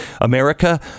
America